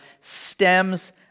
stems